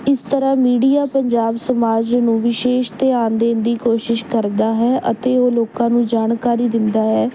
ਇਸ ਤਰ੍ਹਾਂ ਮੀਡੀਆ ਪੰਜਾਬ ਸਮਾਜ ਨੂੰ ਵਿਸ਼ੇਸ਼ ਧਿਆਨ ਦੇਣ ਦੀ ਕੋਸ਼ਿਸ਼ ਕਰਦਾ ਹੈ ਅਤੇ ਉਹ ਲੋਕਾਂ ਨੂੰ ਜਾਣਕਾਰੀ ਦਿੰਦਾ ਹੈ